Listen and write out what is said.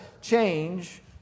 change